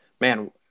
man